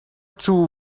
too